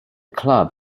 club